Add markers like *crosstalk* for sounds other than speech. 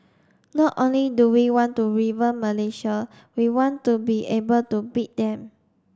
not only do we want to *unintelligible* Malaysia we want to be able to beat them